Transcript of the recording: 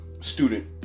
student